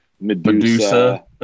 Medusa